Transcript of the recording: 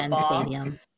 Stadium